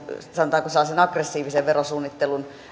sanotaanko aggressiivisen verosuunnittelun